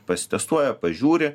pasitestuoja pažiūri